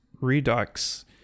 redux